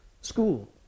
school